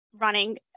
running